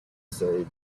said